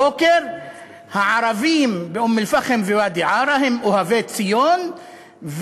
הערבים באום-אלפחם וואדי-עארה הם אוהבי ציון,